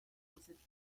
possèdent